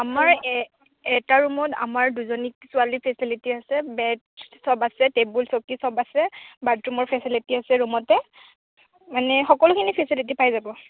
আমাৰ এ এটা ৰূমত আমাৰ দুজনী ছোৱালীৰ ফেচেলিটি আছে বেড সব আছে টেবুল চকী সব আছে বাথৰুমৰ ফেচেলিটি আছে ৰূমতে মানে সকলোখিনি ফেচেলিটি পাই যাব